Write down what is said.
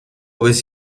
with